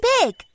big